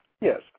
Yes